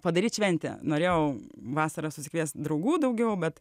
padaryt šventę norėjau vasarą susikviest draugų daugiau bet